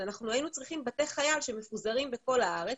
היינו צריכים בתי חייל בפיזור ארצי,